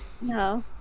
No